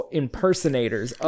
impersonators